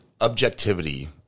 objectivity